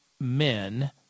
men